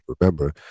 remember